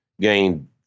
gained